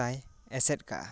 ᱛᱚᱠᱷᱛᱟᱭ ᱮᱥᱮᱫ ᱠᱟᱜᱼᱟ